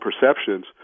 perceptions